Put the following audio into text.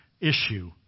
issue